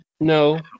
No